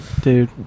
Dude